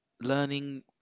learning